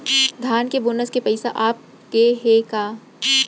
धान के बोनस के पइसा आप गे हे का?